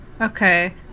Okay